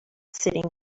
sitting